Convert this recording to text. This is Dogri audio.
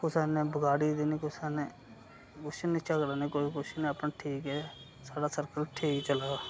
कुसै ने बगाड़ी दी नि कुसै ने कोई कुश नि कोई झगड़ा नि अपने ठीक ऐ साढ़ा सर्कल ठीक चला दा